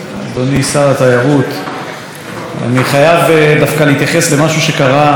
אני חייב דווקא להתייחס למשהו שקרה בתקופה שלא היינו כאן,